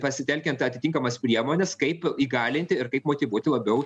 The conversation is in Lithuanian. pasitelkiant atitinkamas priemones kaip įgalinti ir kaip motyvuoti labiau